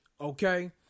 okay